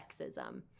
sexism